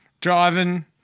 driving